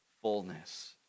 fullness